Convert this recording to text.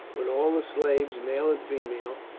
with all the slaves, male and female,